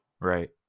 right